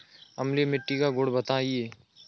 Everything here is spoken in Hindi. अम्लीय मिट्टी का गुण बताइये